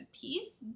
piece